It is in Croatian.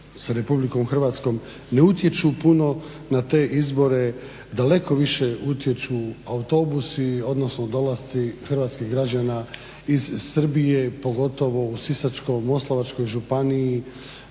Republikom Hrvatskom ne utječu puno na te izbore. Daleko više utječu autobusi, odnosno dolasci hrvatskih građana iz Srbije, pogotovo u Sisačko-moslavačkoj županiji,